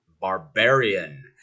Barbarian